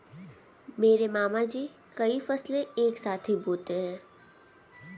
मेरे मामा जी कई फसलें एक साथ ही बोते है